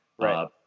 Right